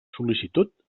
sol·licitud